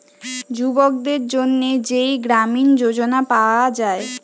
যুবকদের জন্যে যেই গ্রামীণ যোজনা পায়া যায়